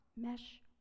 mesh